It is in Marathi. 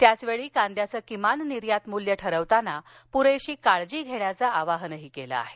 त्याचवेळी कांद्याचं किमान निर्यात मूल्य ठरवताना पुरेशी काळजी घेण्याचं आवाहनही केलं आहे